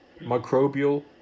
microbial